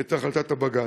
את החלטת בג"ץ.